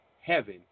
heaven